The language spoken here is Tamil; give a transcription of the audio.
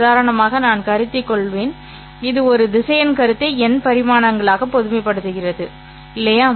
உதாரணமாக நான் கருத்தில் கொள்வேன் இது ஒரு திசையன் கருத்தை n பரிமாணங்களாக பொதுமைப்படுத்துகிறது இல்லையா